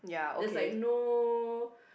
there's like no